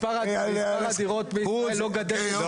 מספר הדירות בישראל לא גדל.